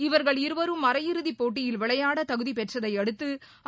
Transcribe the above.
இவர்கள் இருவரும் அரை இறுதிப் போட்டியில் விளையாட தகுதி பெற்றதை அடுக்து